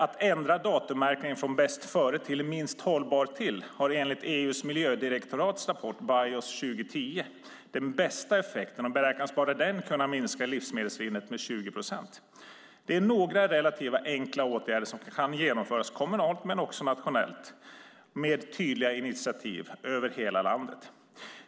Att ändra datummärkningen från bästföre till minst-hållbar-till har enligt EU:s miljödirektorats rapport BIO-IS 2010 den bästa effekten och beräknas bara den kunna minska livsmedelssvinnet med 20 procent. Det är några relativt enkla åtgärder som kan genomföras kommunalt men också nationellt med tydliga initiativ över hela landet.